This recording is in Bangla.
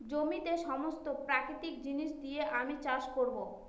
জমিতে সমস্ত প্রাকৃতিক জিনিস দিয়ে আমি চাষ করবো